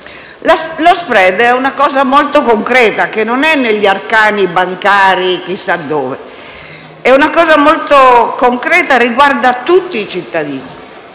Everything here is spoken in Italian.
Lo *spread* è una cosa molto concreta, non è negli arcani bancari chissà dove: è una cosa molto concreta, che riguarda tutti i cittadini